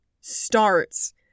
starts